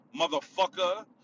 motherfucker